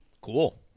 Cool